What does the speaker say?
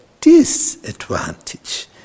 disadvantage